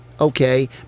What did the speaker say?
okay